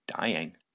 dying